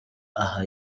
aha